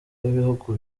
w’ibihugu